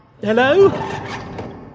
hello